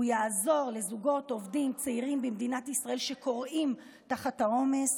הוא יעזור לזוגות עובדים צעירים במדינת ישראל שכורעים תחת העומס,